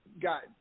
got